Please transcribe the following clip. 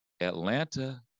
Atlanta